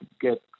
get